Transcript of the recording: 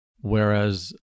whereas